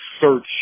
search